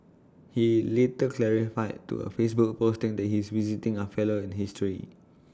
he later clarified to A Facebook posting that he is visiting A fellow in history